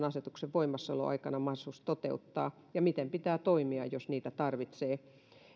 asetuksen voimassaoloaikana mahdollisuus toteuttaa ja miten pitää toimia jos niitä tarvitsee